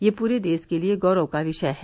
यह पुरे देस के लिये गौरव का विषय है